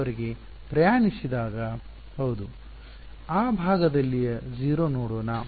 ವಿದ್ಯಾರ್ಥಿ ಆ ಭಾಗದಲ್ಲಿಯ 0 ನೋಡೋಣ